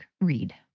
read